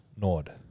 Nord